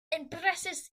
impresses